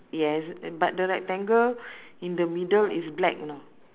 yes but the rectangle in the middle is black you know